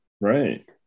right